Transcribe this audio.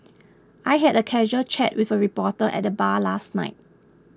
I had a casual chat with a reporter at the bar last night